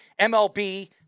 MLB